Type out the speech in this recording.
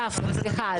דפנה, סליחה.